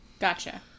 Gotcha